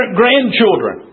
grandchildren